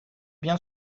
bien